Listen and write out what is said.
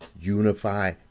unify